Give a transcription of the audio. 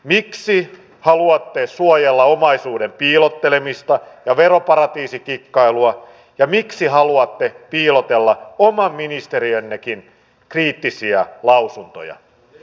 miksi haluatte suojella omaisuuden piilottelemista ja veroparatiisikikkailua ja miksi haluatte piilotella oman ministeriönnekin kriittisiä lausuntoja